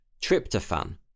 tryptophan